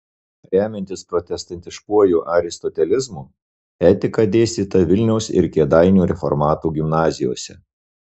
remiantis protestantiškuoju aristotelizmu etika dėstyta vilniaus ir kėdainių reformatų gimnazijose